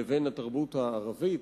לבין התרבות הערבית,